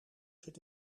zit